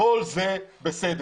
כל זה בסדר.